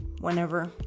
whenever